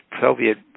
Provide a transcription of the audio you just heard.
Soviet